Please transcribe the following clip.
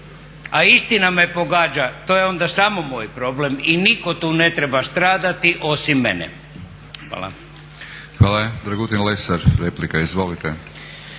a istina me pogađa, to je onda samo moj problem i nitko tu ne treba stradati osim mene. Hvala. **Batinić, Milorad (HNS)** Hvala. Dragutin Lesar replika, izvolite.